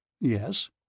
Yes